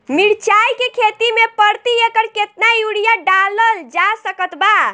मिरचाई के खेती मे प्रति एकड़ केतना यूरिया डालल जा सकत बा?